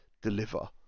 deliver